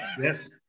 Yes